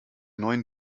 neuen